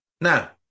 Now